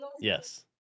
Yes